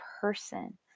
person